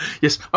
Yes